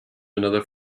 another